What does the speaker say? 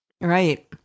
Right